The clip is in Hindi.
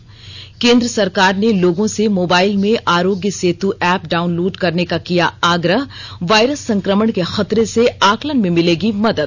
त् केंद्र सरकार ने लोगों से मोबाइल में आरोग्य सेतू एप डाउनलोड करने का किया आग्रह वायरस संक्रमण के खतरे से आकलन में मिलेगी मदद